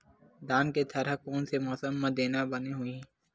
धान के थरहा कोन से मौसम म देना बने होही?